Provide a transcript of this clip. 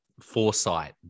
foresight